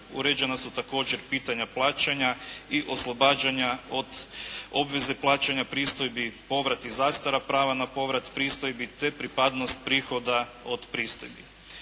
uređena su također pitanja plaćanja i oslobađanja od obveze plaćanja pristojbi, povrat i zastara prava na povrat pristojbi te pripadnost prihoda od pristojbi.